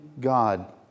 God